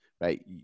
right